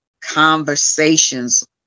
conversations